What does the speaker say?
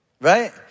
right